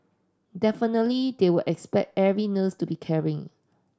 definitely they will expect every nurse to be caring